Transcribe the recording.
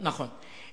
נכון, נכון.